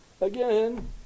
Again